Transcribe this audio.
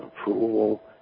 approval